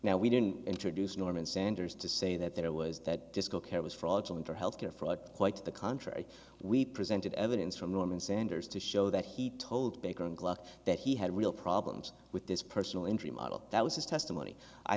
now we didn't introduce norman sanders to say that there was that disco care was fraudulent or health care fraud quite the contrary we presented evidence from norman sanders to show that he told baker gluck that he had real problems with this personal injury model that was his testimony i